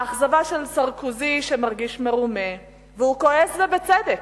האכזבה של סרקוזי שמרגיש מרומה, והוא כועס, ובצדק.